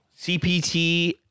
CPT